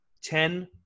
Ten